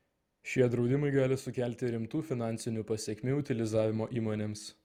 šie draudimai gali sukelti rimtų finansinių pasekmių utilizavimo įmonėms